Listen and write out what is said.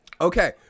Okay